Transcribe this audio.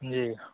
जी